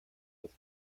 with